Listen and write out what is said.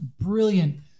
Brilliant